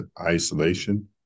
isolation